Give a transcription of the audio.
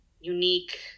unique